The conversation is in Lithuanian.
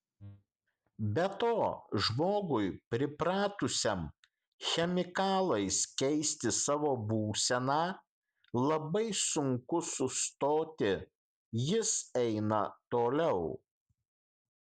be to žmogui pripratusiam chemikalais keisti savo būseną labai sunku sustoti jis eina toliau